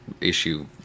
issue